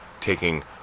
taking